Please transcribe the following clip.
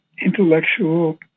intellectual